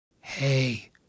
Hey